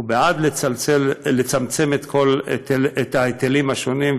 בעד לצמצם את ההיטלים השונים.